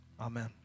Amen